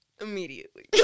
immediately